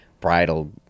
bridal